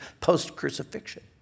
post-crucifixion